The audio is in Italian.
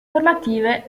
formative